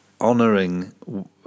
honoring